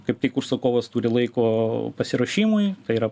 kaip tik užsakovas turi laiko pasiruošimui tai yra